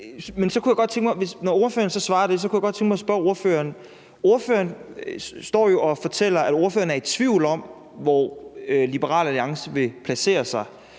Når ordføreren svarer det, kunne jeg godt tænke mig at spørge ordføreren om noget. Ordføreren står og fortæller, at ordføreren er i tvivl om, hvor Liberal Alliance vil placere sig.